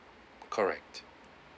correct